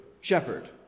shepherd